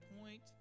point